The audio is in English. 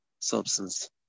substance